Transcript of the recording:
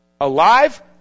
alive